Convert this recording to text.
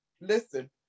listen